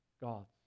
gods